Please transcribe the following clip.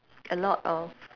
a lot of